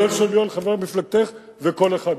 כולל של יואל חבר מפלגתך וכל אחד אחר.